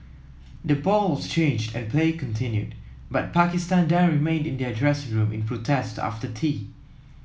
the ball was changed and play continued but Pakistan then remained in their dressing room in protest after tea